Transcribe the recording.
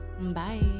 bye